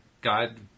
God